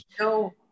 no